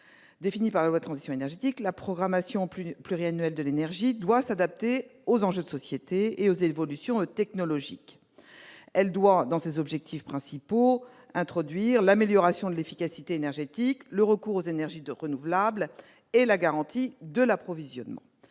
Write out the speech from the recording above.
énergétique pour la croissance verte, la programmation pluriannuelle de l'énergie doit s'adapter aux enjeux de société et aux évolutions technologiques. Elle doit introduire dans ses objectifs principaux l'amélioration de l'efficacité énergétique, le recours aux énergies renouvelables et la garantie de l'approvisionnement.